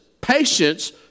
patience